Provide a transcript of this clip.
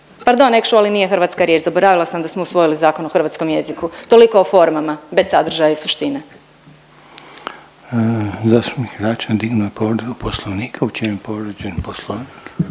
Pardon, actually nije hrvatska riječ, zaboravila sam da smo usvojili Zakon o hrvatskom jeziku. Toliko o formama, bez sadržaja i suštine. **Reiner, Željko (HDZ)** Zastupnik Račan dignuo je povredu Poslovnika, u čemu je povrijeđen Poslovnik?